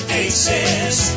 aces